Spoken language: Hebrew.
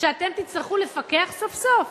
שאתם תצטרכו לפקח סוף-סוף?